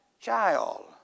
child